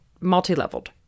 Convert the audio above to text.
multi-leveled